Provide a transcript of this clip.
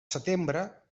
setembre